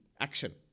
action